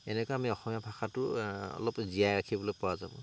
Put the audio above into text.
এনেকৈ আমি অসমীয়া ভাষাটোৰ অলপ জীয়াই ৰাখিবলৈ পৰা যাব